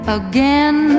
again